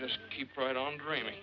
just keep right on dreaming